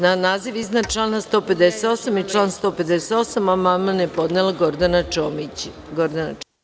Na naziv iznad člana 158. i član 158. amandman je podnela Gordana Čomić.